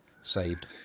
saved